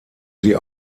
sie